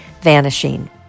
Vanishing